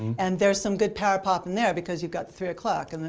and there's some good power pop in there, because you've got three o'clock. and